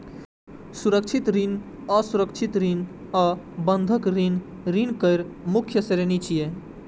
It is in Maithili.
सुरक्षित ऋण, असुरक्षित ऋण आ बंधक ऋण ऋण केर मुख्य श्रेणी छियै